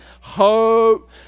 Hope